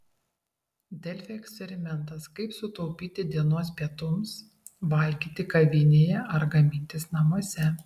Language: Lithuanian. delfi eksperimentas kaip sutaupyti dienos pietums valgyti kavinėje ar gamintis namuose